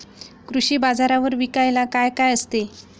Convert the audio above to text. कृषी बाजारावर विकायला काय काय असते?